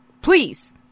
please